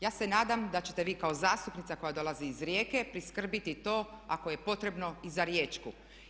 Ja se nadam da ćete vi kao zastupnica koja dolazi iz Rijeke priskrbiti to ako je potrebno i za riječku.